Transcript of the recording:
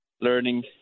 learning